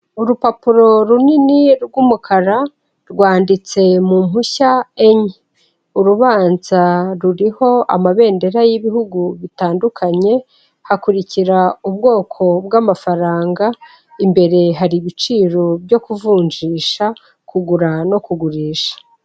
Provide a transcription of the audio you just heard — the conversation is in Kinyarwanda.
Urupapuro runini r'wumukara rwanditse mu mpushya enye. Urubanza ruriho amabendera y'ibihugu bitandukanye, hakurikira ubwoko bw'amafaranga imbere hari ibiciro byo kuvunjisha, kugura no kugurisha.